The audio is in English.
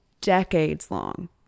decades-long